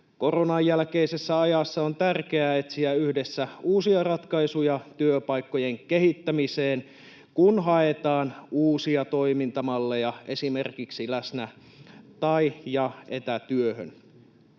Koronan jälkeisessä ajassa on tärkeää etsiä yhdessä uusia ratkaisuja työpaikkojen kehittämiseen, kun haetaan uusia toimintamalleja esimerkiksi läsnä- tai/ja etätyöhön.